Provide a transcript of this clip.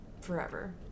forever